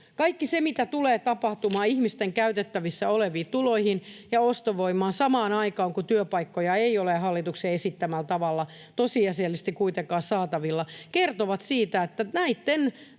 Kaikki se, mitä tulee tapahtumaan ihmisten käytettävissä oleviin tuloihin ja ostovoimaan, samaan aikaan kun työpaikkoja ei ole hallituksen esittämällä tavalla tosiasiallisesti kuitenkaan saatavilla, kertoo siitä, että näitten